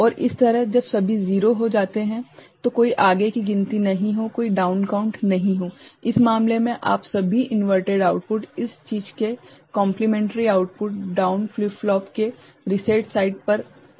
और इसी तरह जब सभी 0 हो जाते हैं तो कोई आगे की गिनती नहीं हो कोई डाउन काउंट नहीं हो इस मामले में आप सभी इंवेर्टेड आउटपुट इस चीज के complementary output down flip flop के रीसेट साइड पर रख रहे है